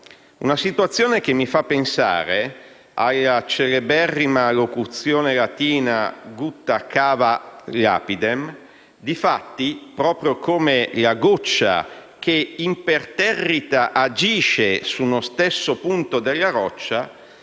una situazione che mi fa pensare alla celeberrima locuzione latina *gutta cavat lapidem:* proprio come la goccia che imperterrita agisce su uno stesso punto della roccia,